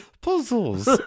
Puzzles